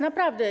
Naprawdę.